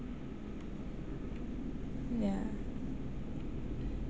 yeah